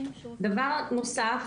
דבר נוסף,